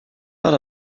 but